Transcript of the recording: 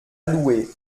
louer